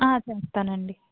చేస్తాను అండి